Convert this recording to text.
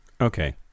Okay